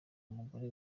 umugore